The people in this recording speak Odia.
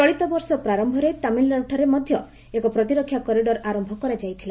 ଚଳିତବର୍ଷ ପ୍ରାରମ୍ଭରେ ତାମିଲନାଡୁରେ ମଧ୍ୟ ଏକ ପ୍ରତିରକ୍ଷା କରିଡର ଆରମ୍ଭ କରାଯାଇଥିଲା